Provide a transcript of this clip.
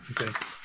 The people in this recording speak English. Okay